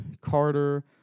Carter